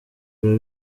biba